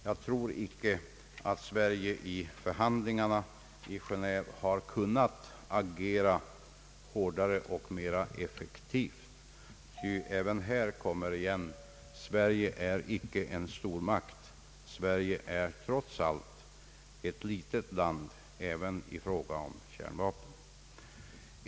Jag tror icke att Sverige vid förhandlingarna i Genéve hade kunnat agera hårdare och mera effektivt, ty även här kommer det igen att Sverige icke är en stormakt; Sverige är ett litet land även i fråga om kärnvapen.